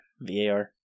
VAR